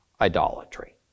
idolatry